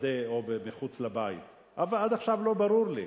שדה או מחוץ לבית, עד עכשיו לא ברור לי,